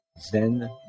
zen